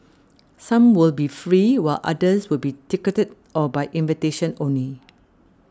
some will be free while others will be ticketed or by invitation only